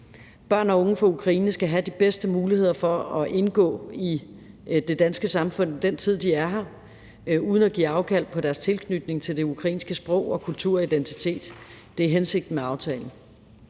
Børn og unge fra Ukraine skal have de bedste muligheder for at indgå i det danske samfund i den tid, de er her, uden at give afkald på deres tilknytning til det ukrainske sprog og kultur og identitet. Det er hensigten med aftalen.